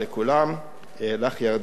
לך, ירדנה, על הסבלנות.